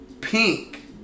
pink